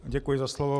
Děkuji za slovo.